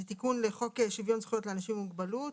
זה תיקון לחוק שוויון זכויות לאנשים עם מוגבלות,